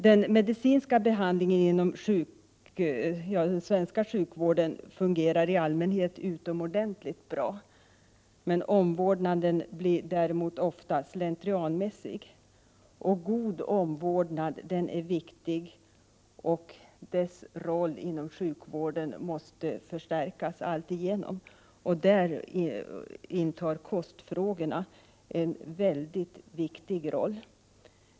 Den medicinska behandlingen inom den svenska sjukvården fungerar i allmänhet utomordentligt bra. Omvårdnaden blir däremot ofta slentrianmässig. En god omvårdnad är viktig, och dess roll inom sjukvården måste förstärkas alltigenom. Där intar kostfrågorna en mycket viktig plats.